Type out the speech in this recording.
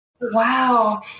wow